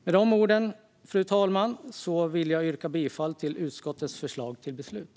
Med de orden, fru talman, vill jag yrka bifall till utskottets förslag till beslut.